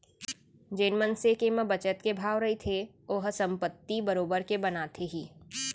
जेन मनसे के म बचत के भाव रहिथे ओहा संपत्ति बरोबर के बनाथे ही